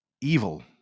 evil